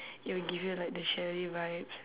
it will give you like the chalet vibes